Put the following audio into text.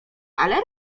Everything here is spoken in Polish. ale